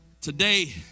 Today